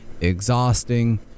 exhausting